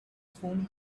spoon